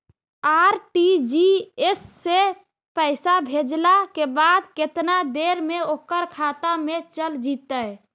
RTGS से पैसा भेजला के बाद केतना देर मे ओकर खाता मे चल जितै?